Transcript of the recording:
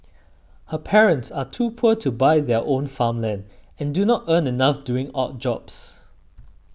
her parents are too poor to buy their own farmland and do not earn enough doing odd jobs